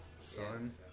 son